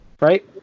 right